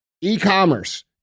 E-commerce